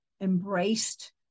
embraced